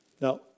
now